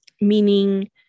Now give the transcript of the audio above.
meaning